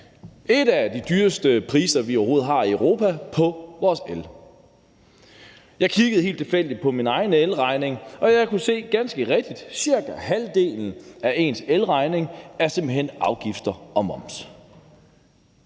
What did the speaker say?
et af de lande i Europa, der har den dyreste el. Jeg kiggede helt tilfældigt på min egen elregning, og jeg kunne ganske rigtigt se, at ca. halvdelen af elregningen simpelt hen var afgifter og moms.